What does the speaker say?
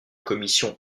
commissions